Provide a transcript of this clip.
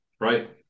right